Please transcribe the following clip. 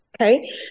Okay